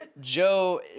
Joe